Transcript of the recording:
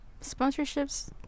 sponsorships